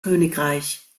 königreich